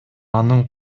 анын